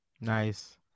Nice